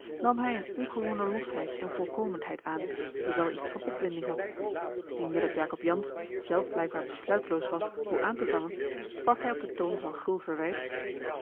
nam hij eene ongewone losheid en voorkomenheid aan die wel iets van opwinding had ziende dat jacob jansz zelf blijkbaar besluiteloos was hoe aan te vangen sprak hij op den toon van gul verwijt